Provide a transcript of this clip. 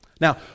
Now